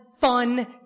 fun